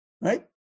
Right